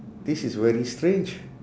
this is very strange